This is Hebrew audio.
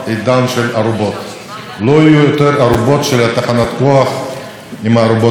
ברור שאנחנו עוברים לאנרגיות מתחדשות,